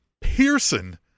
Pearson